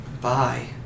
Bye